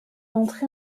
entrée